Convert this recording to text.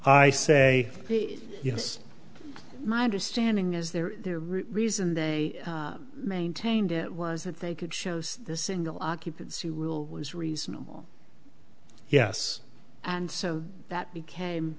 i say yes my understanding is there there reason they maintained it was that they could shows the single occupancy rule was reasonable yes and so that became